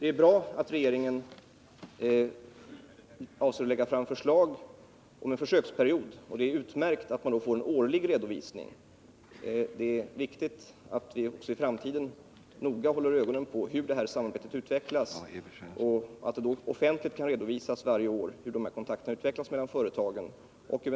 Det är utmärkt att regeringen avser lägga fram förslag om en försöksperiod och att vi då skulle få en årlig redovisning. Det är viktigt att vi också i framtiden noga håller ögonen på hur detta samarbete utvecklas. Att det varje år offentligen kan redovisas hur dessa kontakter mellan företagen och UNDP.